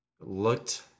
looked